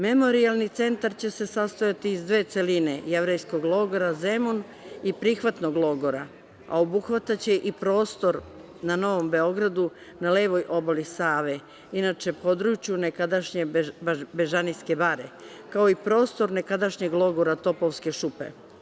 Memorijalni centar će se sastojati iz dve celine: „Jevrejskog logora Zemun“ i „Prihvatnog logora“, a obuhvataće i prostor na Novom Beogradu, na levoj obali Save, inače području nekadašnje Bežanijske bare, kao i prostor nekadašnjeg logora „Topovske šupe“